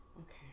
okay